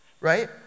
Right